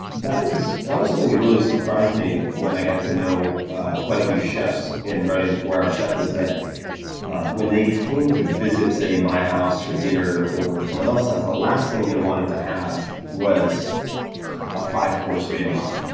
that was that was something that really surprised me when i got to know ah quite a few chefs in writing the four hour chef, that when they came to visit, say, my house for dinner or someone else's house, the last thing they wanted to have was a five-course meal.